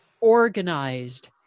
organized